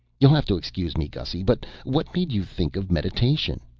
you'll have to excuse me, gussy. but what made you think of meditation?